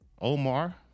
Omar